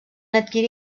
adquirir